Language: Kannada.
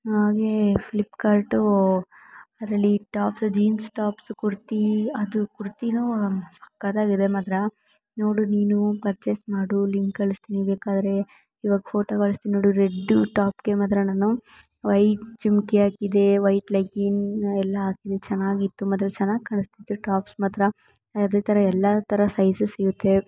ಹಾಗೇ ಫ್ಲಿಪ್ಕಾರ್ಟು ಅದರಲ್ಲಿ ಟಾಪ್ ಜೀನ್ಸ್ ಟಾಪ್ಸ್ ಕುರ್ತಿ ಅದು ಕುರ್ತಿನು ಸಕ್ಕತ್ತಾಗಿದೆ ಮಾತ್ರ ನೋಡು ನೀನು ಪರ್ಚೇಸ್ ಮಾಡು ಲಿಂಕ್ ಕಳಿಸ್ತೀನಿ ಬೇಕಾದರೆ ಇವಾಗ ಫೋಟೋ ಕಳಿಸ್ತೀನಿ ನೋಡು ರೆಡ್ ಟಾಪಿಗೆ ಮಾತ್ರ ನಾನು ವೈಟ್ ಜುಮುಕಿ ಹಾಕಿದೆ ವೈಟ್ ಲೆಗ್ಗಿನ್ ಎಲ್ಲ ಹಾಕಿದೆ ಚೆನ್ನಾಗಿತ್ತು ಮಾತ್ರ ಚೆನ್ನಾಗಿ ಕಾಣಿಸ್ತಿತ್ತು ಟಾಪ್ಸ್ ಮಾತ್ರ ಅದೇ ಥರ ಎಲ್ಲ ಥರ ಸೈಝ್ ಸಿಗುತ್ತೆ